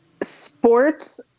Sports